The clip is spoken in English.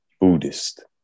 Buddhist